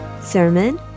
Sermon